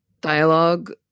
dialogue